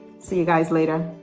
see you guys later.